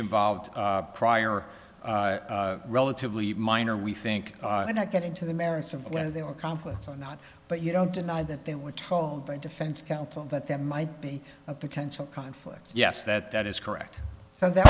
involved prior relatively minor we think are not getting to the merits of whether they were conflicts and not but you don't deny that they were told by defense counsel that that might be a potential conflict yes that is correct so that